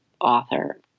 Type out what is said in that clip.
author